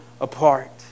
apart